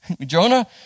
Jonah